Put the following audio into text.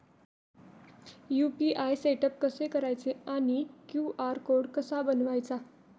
UPI setup कसे करायचे आणि क्यू.आर कोड कसा बनवायचा?